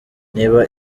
niba